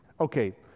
okay